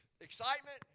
excitement